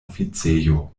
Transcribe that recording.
oficejo